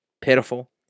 Pitiful